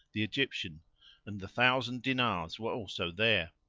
the egyptian and the thousand dinars were also there.